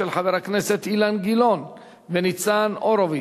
של חברי הכנסת אילן גילאון וניצן הורוביץ,